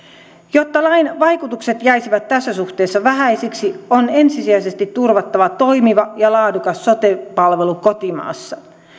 jotta lain vaikutukset jäisivät tässä suhteessa vähäisiksi on ensisijaisesti turvattava toimiva ja laadukas sote palvelu kotimaassa